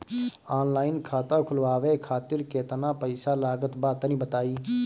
Online खाता खूलवावे खातिर केतना पईसा लागत बा तनि बताईं?